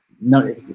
no